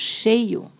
cheio